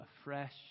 afresh